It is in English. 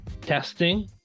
testing